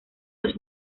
los